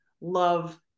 love